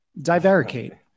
Divericate